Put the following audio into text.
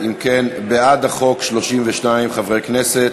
אם כן, בעד החוק, 32 חברי כנסת,